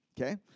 okay